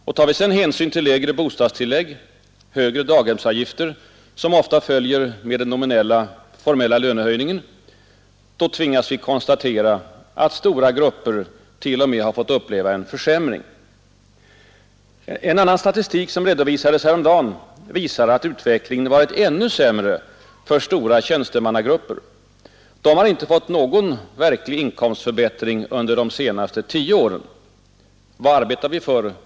Och tar vi sedan hänsyn till de lägre bostadstillägg och de högre daghemsavgifter som ofta följer med den nominella, formella lönehöjningen, då tvingas vi konstera att stora grupper t.o.m. har fått uppleva en försämring. En annan statistik som redovisades häromdagen visar att utvecklingen varit ännu sämre stora tjänstemannagrupper. De har inte fått någon verklig inkomstförbättring under de senaste tio åren. Vad arbetar vi för?